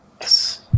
Yes